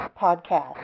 Podcast